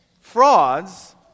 frauds